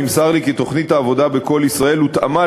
נמסר לי כי תוכנית העבודה ב"קול ישראל" הותאמה